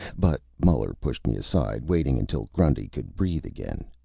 but muller pushed me aside, waiting until grundy could breathe again.